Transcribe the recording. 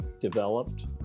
developed